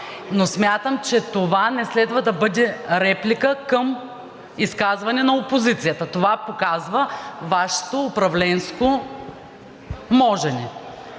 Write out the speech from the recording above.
Но смятам, че това не следва да бъде реплика към изказване на опозицията. Това показва Вашето управленско можене.